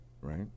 Right